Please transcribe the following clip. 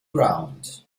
ground